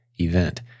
event